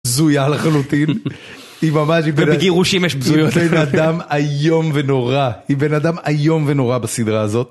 בזויה לחלוטין, היא ממש, בגירושים...היא בן אדם איום ונורא, היא בן אדם איום ונורא בסדרה הזאת.